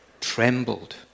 trembled